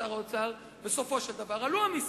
שר האוצר אמר ביושר: בסופו של דבר עלו המסים.